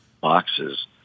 boxes